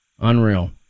Unreal